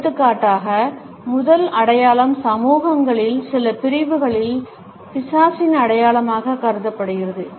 எடுத்துக்காட்டாக முதல் அடையாளம் சமூகங்களின் சில பிரிவுகளில் பிசாசின் அடையாளமாகக் கருதப்படுகிறது